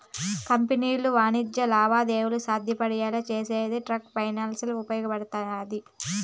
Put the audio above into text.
కంపెనీలు వాణిజ్య లావాదేవీలు సాధ్యమయ్యేలా చేసేదానికి ట్రేడ్ ఫైనాన్స్ ఉపయోగపడతాది